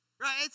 Right